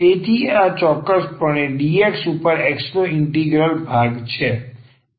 તેથી આ ચોક્કસપણે આ dx ઉપર X નો ઇન્ટિગ્રલ ભાગ છે